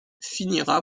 finira